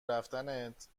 رفتنت